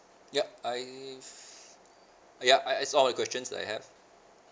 yup I f~ yup ah it's all the questions I have